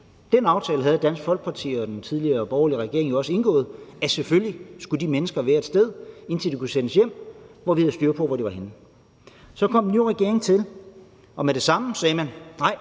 Den aftale havde Dansk Folkeparti og den tidligere borgerlige regering jo også indgået, altså at selvfølgelig skulle de mennesker være et sted, indtil de kunne sendes hjem, og hvor vi havde styr på hvor de var. Kl. 11:02 Så kom den nye regering til, og med det samme sagde man: Nej,